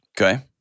Okay